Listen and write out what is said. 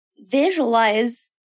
Visualize